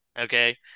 Okay